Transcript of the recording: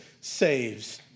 saves